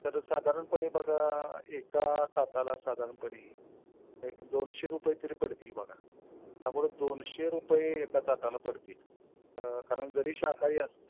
तर साधारणपणे बघा एका ताटाला साधारणपणे एक दोनशे रुपये तरी पडतील बघा त्यामुळे दोनशे रुपये एका ताटाला पडतील कारण जरी शाकाहारी अस्